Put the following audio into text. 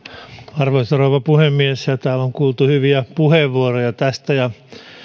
arvoisa rouva puhemies täällä on kuultu hyviä puheenvuoroja tästä ja